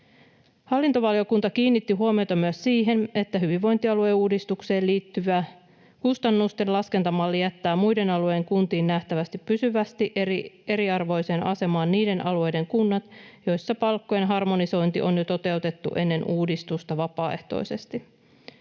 Hallintovaliokunta kiinnitti huomiota myös siihen, että hyvinvointialueuudistukseen liittyvä kustannusten laskentamalli jättää muiden alueiden kuntiin nähden pysyvästi eriarvoiseen asemaan niiden alueiden kunnat, joissa palkkojen harmonisointi on jo toteutettu ennen uudistusta vapaaehtoisesti.